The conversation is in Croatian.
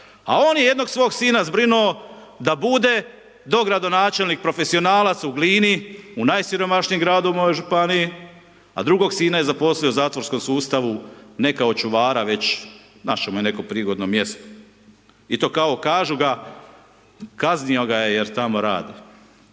a on je jednog svog sina zbrinuo da bude dogradonačelnik profesionalac u Glini, u najsiromašnijem gradu u mojoj županiji a drugog sina je zaposlio u zatvorskom sustavu ne kao čuvara već našao mu je neko prigodno mjesto i to kao kažu da, kaznio ga je jer tamo radi.